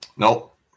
Nope